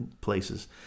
places